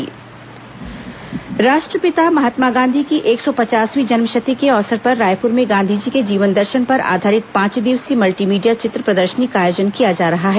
राष्ट्रपिता महात्मा गांधी प्रदर्शनी राष्ट्रपिता महात्मा गांधी की एक सौ पचासवीं जन्मशती के अवसर पर रायपुर में गांधी जी के जीवन दर्शन पर आधारित पांच दिवसीय मल्टी मीडिया चित्र प्रदर्शनी का आयोजन किया जा रहा है